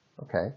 okay